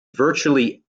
virtually